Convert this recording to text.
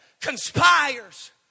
conspires